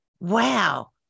Wow